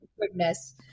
Goodness